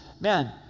man